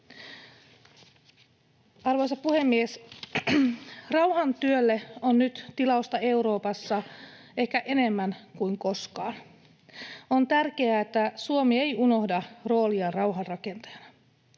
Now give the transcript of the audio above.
Arvoisa puhemies! Rauhantyölle on nyt tilausta Euroopassa ehkä enemmän kuin koskaan. On tärkeää, että Suomi ei unohda roolia rauhanrakentajana.